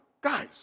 guys